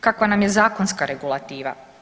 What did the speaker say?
Kakva nam je zakonska regulativa?